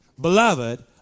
Beloved